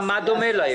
מה דומה להם?